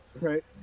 right